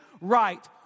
right